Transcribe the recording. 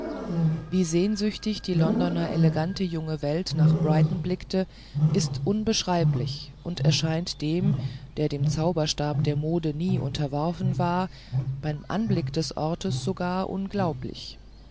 wie sehnsüchtig die londoner elegante junge welt nach brighton blickte ist unbeschreiblich und erscheint dem der dem zauberstabe der mode nie unterworfen war beim anblicke des orts sogar unglaublich